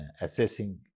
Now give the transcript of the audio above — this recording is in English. assessing